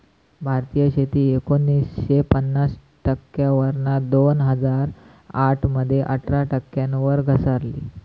भारतीय शेती एकोणीसशे पन्नास टक्क्यांवरना दोन हजार आठ मध्ये अठरा टक्क्यांवर घसरली